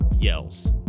Yells